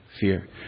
fear